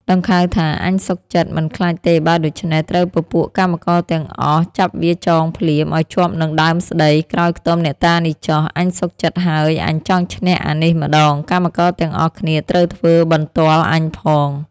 ដង្ខៅថា អញសុខចិត្ត មិនខ្លាចទេ បើដូច្នេះ ត្រូវពពួកកម្មករទាំងអស់ ចាប់វាចងភ្លាមឲ្យជាប់នឹងដើមស្តី ក្រោយខ្ទមអ្នកតានេះចុះ អញសុខចិត្តហើយ អញចង់ឈ្នះអានេះម្តង កម្មករទាំងអស់គ្នាត្រូវធ្វើបន្ទាល់អញផង។